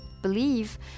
believe